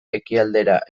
ekialdera